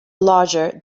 larger